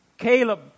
Caleb